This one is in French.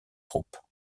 troupes